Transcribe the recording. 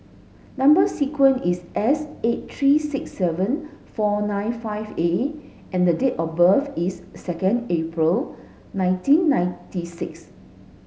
number sequence is S eight three six seven four nine five A and the date of birth is second April nineteen ninety six